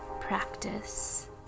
practice